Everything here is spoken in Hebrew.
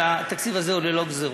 אבל התקציב הזה הוא ללא גזירות.